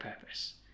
purpose